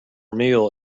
meal